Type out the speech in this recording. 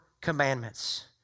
commandments